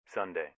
Sunday